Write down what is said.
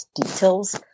details